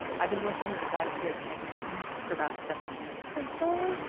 i've been working with the guys here at san quentin for about seven years say what?